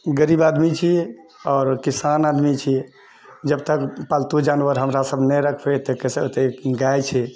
गरीब आदमी छी आओर किसान आदमी छी जबतक पालतू जानवर हमरा सब नहि रखबै तऽ कैसे होतै गाय छै